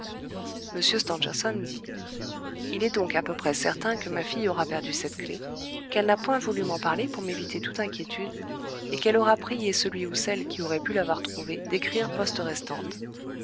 stangerson dit il est donc à peu près certain que ma fille aura perdu cette clef qu'elle n'a point voulu m'en parler pour m'éviter toute inquiétude et qu'elle aura prié celui ou celle qui aurait pu l'avoir trouvée d'écrire poste restante